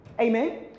amen